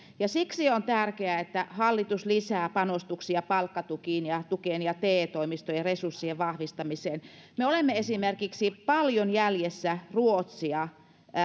ja siksi on tärkeää että hallitus lisää panostuksia palkkatukeen ja te toimistojen resurssien vahvistamiseen me olemme esimerkiksi paljon ruotsia